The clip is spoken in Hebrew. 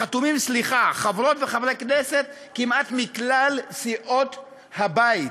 חתומים חברות וחברי כנסת כמעט מכל סיעות הבית: